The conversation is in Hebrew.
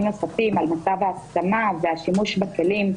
נוספים על מצב ההסכמה והשימוש בכלים,